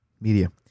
Media